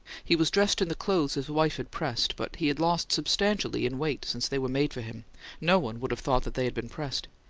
he was dressed in the clothes his wife had pressed but he had lost substantially in weight since they were made for him no one would have thought that they had been pressed.